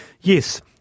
Yes